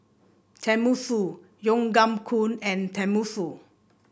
Tenmusu Tom Yam Goong and Tenmusu